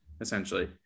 essentially